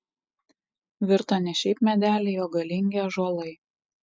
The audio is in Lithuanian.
virto ne šiaip medeliai o galingi ąžuolai